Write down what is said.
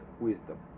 wisdom